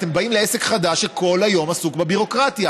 אתם באים לעסק חדש שכל היום עסוק בביורוקרטיה.